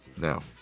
now